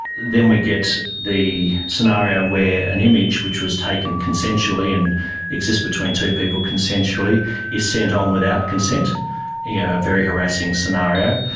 then we get the scenario where an image which was taken consensually and exists between two people consensually is sent on um without consent. you know, a very harassing scenario,